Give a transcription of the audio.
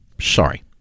sorry